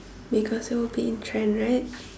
because it will be in trend right